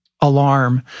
alarm